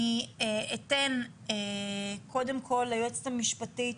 אני אתן קודם כל ליועצת המשפטית